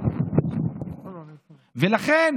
ולכן